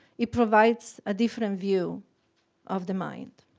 it provides a different view of the mind.